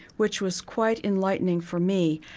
which was quite enlightening for me.